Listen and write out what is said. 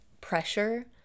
pressure